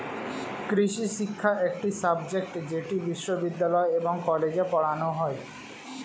কৃষিশিক্ষা একটি সাবজেক্ট যেটি বিশ্ববিদ্যালয় এবং কলেজে পড়ানো হয়